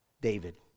David